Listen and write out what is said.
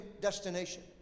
destination